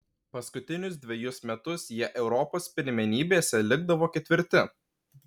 paskutinius dvejus metus jie europos pirmenybėse likdavo ketvirti